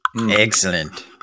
Excellent